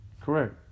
Correct